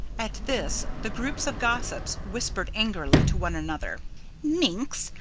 at this the groups of gossips whispered angrily to one another minx!